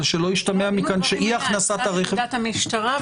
אבל שלא ישתמע מכאן שאי הכנסת הרכב --- דין ודברים היה גם עם המשטרה.